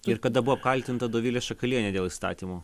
ir kada buvo apkaltinta dovilė šakalienė dėl įstatymo